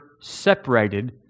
Separated